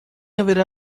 haverá